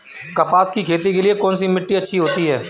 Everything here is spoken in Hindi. कपास की खेती के लिए कौन सी मिट्टी अच्छी होती है?